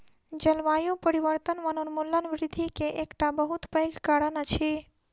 जलवायु परिवर्तन वनोन्मूलन वृद्धि के एकटा बहुत पैघ कारण अछि